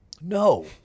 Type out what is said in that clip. No